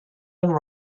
and